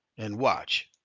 and watch,